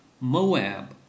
Moab